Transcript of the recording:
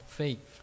faith